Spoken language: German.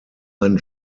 ein